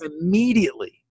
immediately